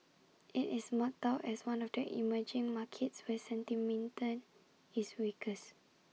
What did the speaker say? IT is marked out as one of the emerging markets where sentiment is weakest